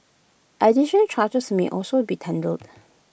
addition charges may also be tendered